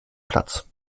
platz